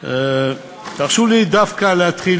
תרשו לי דווקא להתחיל